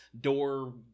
door